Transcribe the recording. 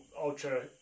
ultra